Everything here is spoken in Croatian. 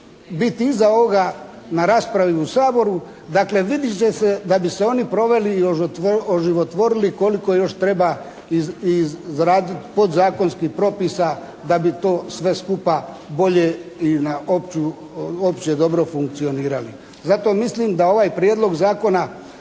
biti iza ovoga na raspravi u Saboru, dakle vidjet će se da bi se oni proveli i oživotvorili koliko još treba izraditi podzakonskih propisa da bi to sve skupa bolje i na opće dobro funkcionirali. Zato mislim da ovaj Prijedlog zakona